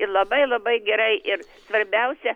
ir labai labai gerai ir svarbiausia